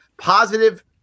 positive